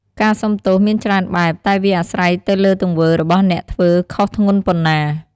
ការសុំទោសមានច្រើនបែប តែវាអាស្រ័យទៅលើទង្វើរបស់អ្នកថាធ្វើខុសធ្ងន់ប៉ុណ្ណា។